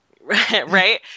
Right